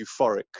euphoric